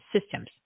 systems